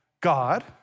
God